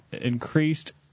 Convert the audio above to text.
increased